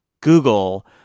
Google